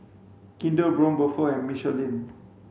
Kinder Braun Buffel and Michelin